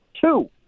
Two